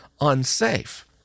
unsafe